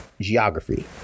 geography